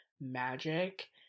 magic